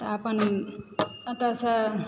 तऽ अपन एतयसँ